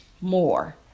more